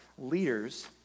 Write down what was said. leaders